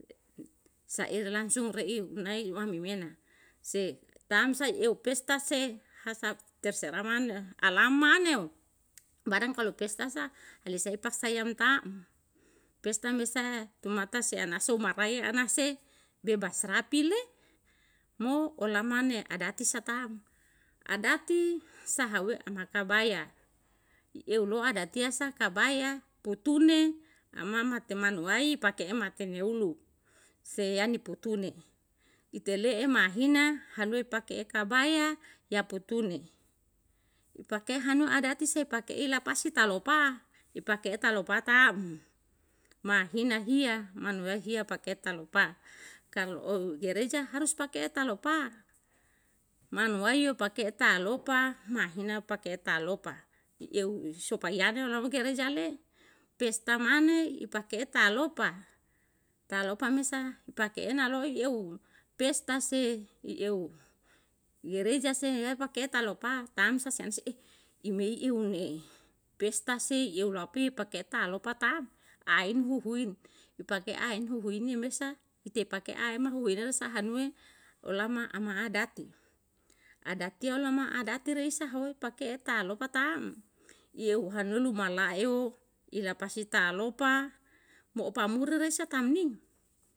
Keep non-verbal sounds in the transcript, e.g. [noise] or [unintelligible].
Sa ere langsung re'i [unintelligible] se taam sa eu pesta se hasa terserah mane ala mane o barang kalu pesta sa ele se'e paksa am taam pesat mesa tumata se ana sou marae ana se bebas rapi le mo olama ne adatai sa taam adatai sahaue ama kabaia i eu lo adatia sa kabaya putune ama mate manu wai pake'e mate ne ulu se yani putu ne ite le'e mahina hanue pake'e kabaya yaputu ne pake hanu adati se pakei la pasi talopa ipake'e talopa taam mahina hiya manu wai hia pake talo pa kalu o gereja harus pake'e talopa manu wai o pake'e talopa mahina pake talopa i eu sopa iane lau gereja le pesta mane ipake'e talopa talopa mesa i pake'e naloi eu pesta se i eu gereja se [unintelligible] pake talopa taam sa sian se'i imei iu ne pesta se eu la pe pake ta'alopa taa'm ain huhui pake ain huhui ni mesa ite pake aem huhuin saha nue olama ama adati adati olama adati reisa hoi pakea ta ta'a lopa taam ieu han lolu mala eu i lapasi ta'a lopa opa muri resa tamni